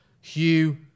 Hugh